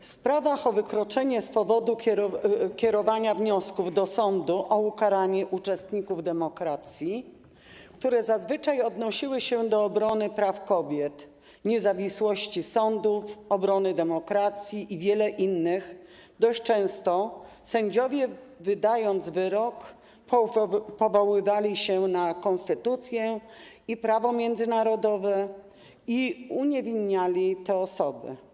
W sprawach o wykroczenie z powodu kierowania wniosków do sądu o ukaranie uczestników demonstracji, które zazwyczaj odnosiły się do obrony praw kobiet, niezawisłości sądów, obrony demokracji i wielu innych kwestii, dość często sędziowie, wydając wyrok, powoływali się na konstytucję i prawo międzynarodowe i uniewinniali te osoby.